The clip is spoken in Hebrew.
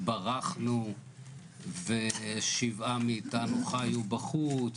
ברחנו ושבעה מאיתנו חיו בחוץ,